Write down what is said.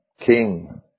king